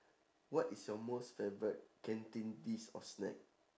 what is your most favourite canteen dish or snack